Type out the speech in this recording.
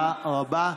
תודה רבה.